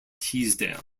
teesdale